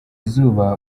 izuba